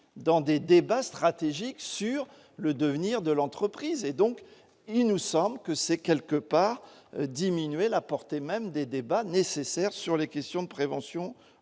dans des débats stratégiques sur le devenir de l'entreprise et donc, il nous semble que c'est quelque part diminuer la portée même des débats nécessaires sur les questions de prévention